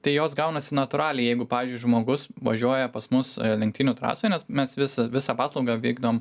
tai jos gaunasi natūraliai jeigu pavyzdžiui žmogus važiuoja pas mus lenktynių trasoj nes mes vis visą paslaugą vykdom